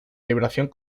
liberación